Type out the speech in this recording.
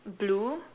blue